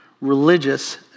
religious